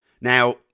Now